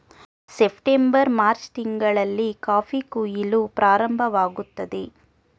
September March ತಿಂಗಳಲ್ಲಿ coffee ಕುಯಿಲು ಪ್ರಾರಂಭವಾಗುತ್ತದೆ